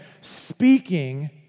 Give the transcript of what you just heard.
Speaking